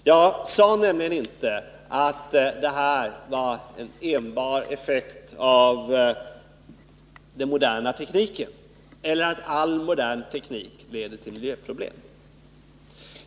Jag sade nämligen inte att det rörde sig om en effekt enbart av den moderna tekniken eller att all modern teknik leder till miljöproblem.